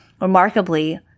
remarkably